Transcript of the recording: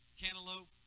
cantaloupe